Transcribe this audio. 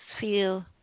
feel